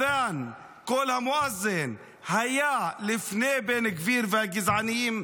קול המואזין היה לפני בן גביר והגזענים,